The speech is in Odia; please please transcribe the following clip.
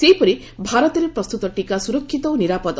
ସେହିପରି ଭାରତରେ ପ୍ରସ୍ତତ ଟିକା ସୁରକ୍ଷିତ ଓ ନିରାପଦ